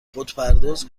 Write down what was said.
خودپرداز